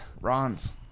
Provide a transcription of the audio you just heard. Ron's